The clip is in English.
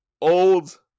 old